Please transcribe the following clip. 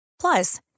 Plus